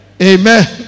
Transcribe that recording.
Amen